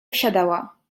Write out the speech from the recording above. wsiadała